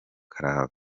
karahava